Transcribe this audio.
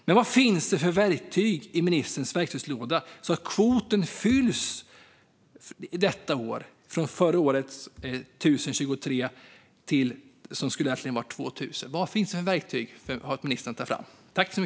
Men vad finns det för verktyg i ministerns verktygslåda så att kvoten kan fyllas i år och man kan gå från förra årets 1 023 till 2 000? Vilka verktyg har ministern att ta fram?